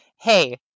hey